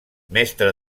mestre